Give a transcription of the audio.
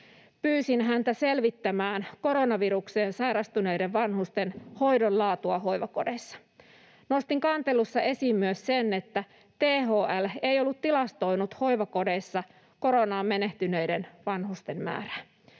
Pyysin häntä selvittämään koronavirukseen sairastuneiden vanhusten hoidon laatua hoivakodeissa. Nostin kantelussa esiin myös sen, että THL ei ollut tilastoinut hoivakodeissa koronaan menehtyneiden vanhusten määrää.